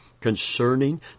concerning